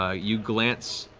ah you glance